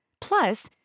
plus